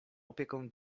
opieką